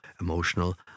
emotional